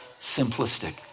simplistic